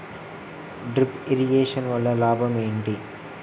Drip irrigation వల్ల లాభం ఏంటి?